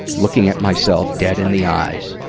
looking at myself dead in the eyes,